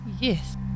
Yes